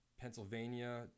Pennsylvania